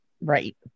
Right